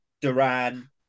Duran